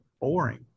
boring